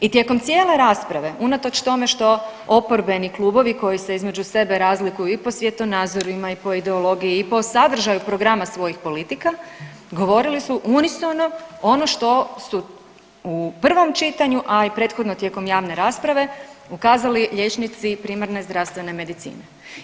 I tijekom cijele rasprave unatoč tome što oporbeni klubovi koji se između sebe razliku i po svjetonazorima i po ideologiji i po sadržaju programa svojih politika govorili su unisono ono što su u prvom čitanju, a i prethodno tijekom javne rasprave ukazali liječnici primarne zdravstvene medicine.